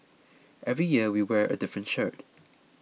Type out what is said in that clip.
every year we wear a different shirt